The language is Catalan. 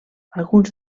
alguns